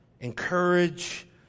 Encourage